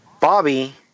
Bobby